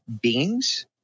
beings